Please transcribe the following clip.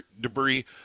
debris